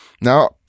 Now